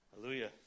Hallelujah